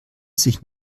sich